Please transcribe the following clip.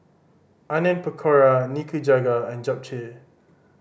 Onion Pakora Nikujaga and Japchae